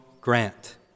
Grant